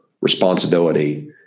responsibility